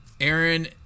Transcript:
Aaron